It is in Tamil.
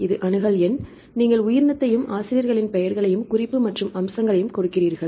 எனவே இது அணுகல் எண் நீங்கள் உயிரினத்தையும் ஆசிரியர்களின் பெயர்களையும் குறிப்பு மற்றும் அம்சங்களையும் கொடுக்கிறீர்கள்